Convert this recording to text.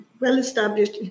well-established